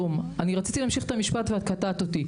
רציתי להמשיך את המשפט ואת קטעת אותי.